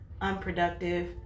unproductive